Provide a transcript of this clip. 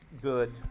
good